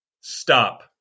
stop